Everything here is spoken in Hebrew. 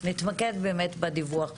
שנתמקד בדיווח -- אושרה,